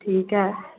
ठीक हइ